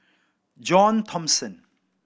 John Thomson